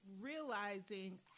realizing